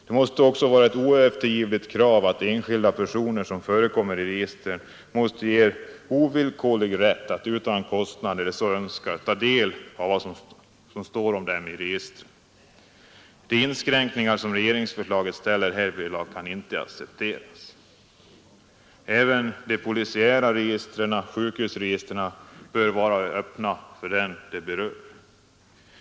Det måste även vara ett oeftergivligt krav att enskilda personer som förekommer i ett register ges ovillkorlig rätt att utan kostnad, när de så önskar, ta del av vad som står om dem i registret. De inskränkningar som regeringsförslaget innebär härvidlag kan inte accepteras. Även de polisiära registren och sjukhusregistren bör vara öppna för dem de berör.